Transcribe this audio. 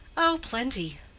oh, plenty.